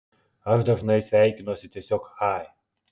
aš dažnai sveikinuosi tiesiog chai